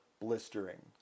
blistering